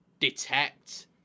detect